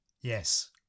Yes